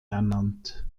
ernannt